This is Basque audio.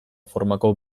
formako